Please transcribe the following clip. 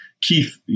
Keith